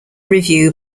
review